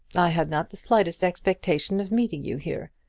i had not the slightest expectation of meeting you here.